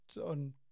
on